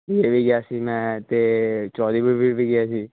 D A V ਗਿਆ ਸੀ ਮੈਂ ਅਤੇ ਵੀ ਗਿਆ ਸੀ